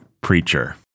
preacher